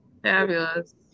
Fabulous